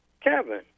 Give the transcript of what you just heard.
Kevin